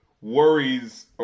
worries